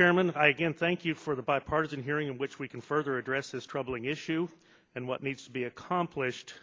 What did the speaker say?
chairman i again thank you for the bipartisan hearing in which we can further address this troubling issue and what needs to be accomplished